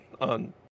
on